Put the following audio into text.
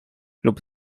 lub